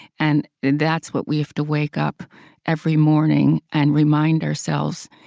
and and that's what we have to wake up every morning and remind ourselves.